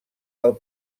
del